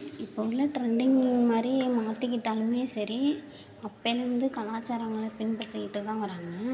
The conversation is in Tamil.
இப்போ உள்ள ட்ரெண்டிங் மாதிரி மாற்றிக்கிட்டாலுமே சரி அப்போலேந்து கலாச்சாரங்களை பின்பற்றிகிட்டு தான் வராங்க